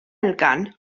elgan